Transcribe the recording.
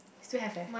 still have eh